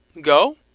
go